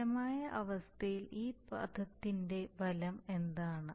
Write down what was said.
സ്ഥിരമായ അവസ്ഥയിൽ ഈ പദത്തിന്റെ ഫലം എന്താണ്